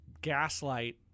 gaslight